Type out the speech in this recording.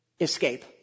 escape